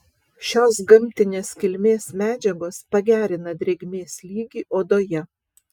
šios gamtinės kilmės medžiagos pagerina drėgmės lygį odoje